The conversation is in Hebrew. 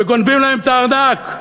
וגונבים להם את הארנק.